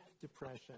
depression